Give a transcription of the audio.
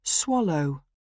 swallow